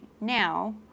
Now